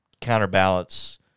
counterbalance